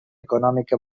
econòmica